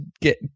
get